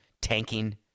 tanking